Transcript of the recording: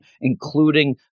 Including